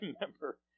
remember